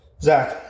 Zach